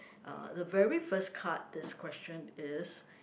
uh the very first card this question is